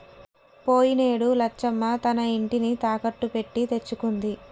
పోయినేడు లచ్చమ్మ తన ఇంటిని తాకట్టు పెట్టి తెచ్చుకుంది